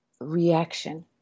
reaction